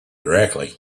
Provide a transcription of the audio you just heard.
directly